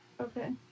Okay